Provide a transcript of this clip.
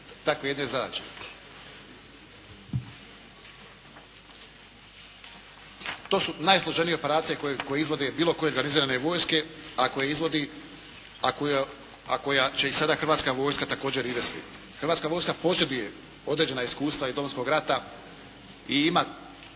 takve jedne zadaće. To su najsloženije operacije koje izvode bilo koje organizirane vojske a koje će i sada također Hrvatska vojska izvesti. Hrvatska vojska posjeduje određena iskustva iz Domovinskog rata i ima